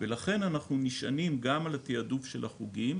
ולכן אנחנו נשענים גם על התעדוף של החוגים,